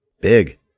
Big